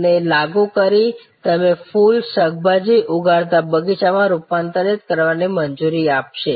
ઓને લાગુ કરી તમે ફૂલો શાકભાજી ઉગાડતા બગીચામાં રૂપાંતરિત કરવાની મંજૂરી આપશે